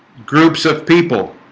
groups of people